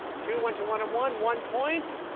two went to one and one one point.